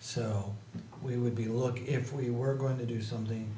so we would be look if we were going to do something